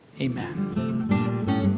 Amen